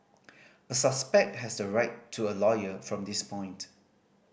a suspect has the right to a lawyer from this point